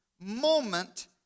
moment